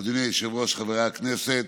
אדוני היושב-ראש, חברי הכנסת,